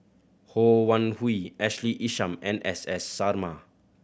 Ho Wan Hui Ashley Isham and S S Sarma